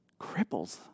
cripples